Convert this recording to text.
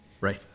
right